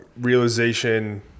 realization